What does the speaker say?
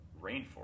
rainforest